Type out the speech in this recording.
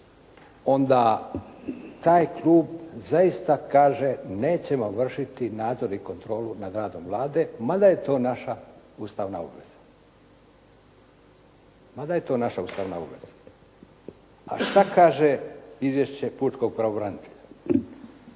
onda taj Klub zaista kaže nećemo vršiti nadzor i kontrolu nad radom Vlade mada je to naša ustavna obveza. Mada je to naša ustavna obveza.